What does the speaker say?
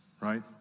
right